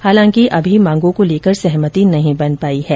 हालांकि अभी मांगों को लेकर सहमंति नहीं बन पाई है